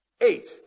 Eight